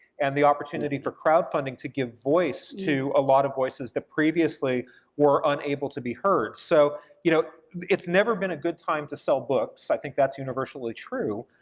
and the opportunity for crowd funding to give voice to a lot of voices that previously were unable to be heard. so you know it's never been a good time to sell books, i think that's universally true,